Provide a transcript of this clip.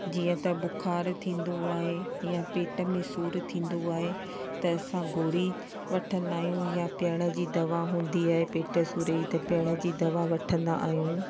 जीअं त बुख़ारु थींदो आहे या पेट में सूरु थींदो आहे त असां गोरी वठंदा आहियूं या पीअण जी दवा हूंदी आहे पेट जे सूर जी हिकु पीअण जी दवा वठंदा आहियूं